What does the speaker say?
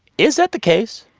is that the case?